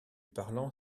parlant